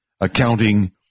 accounting